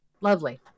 lovely